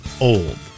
old